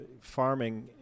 Farming